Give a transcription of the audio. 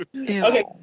Okay